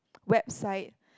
website